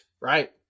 right